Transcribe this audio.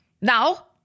Now